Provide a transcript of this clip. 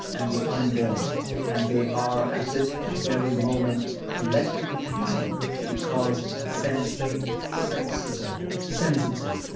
and the unborn and they are, at this very moment, collectively human because sensate, sensible, sensitive,